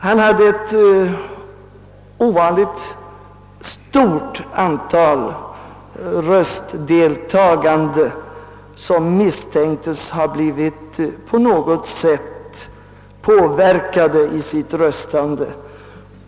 Han hade fått in anrälningar om misstanke för obehörig påverkan avseende ett ovanligt stort antal röstdeltagande.